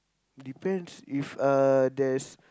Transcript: depends if uh there's